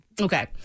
Okay